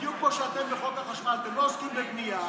בדיוק כמו שאתם בחוק החשמל, אתם לא עוסקים בבנייה